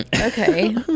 okay